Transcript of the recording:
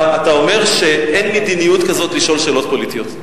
אתה אומר שאין מדיניות כזאת לשאול שאלות פוליטיות.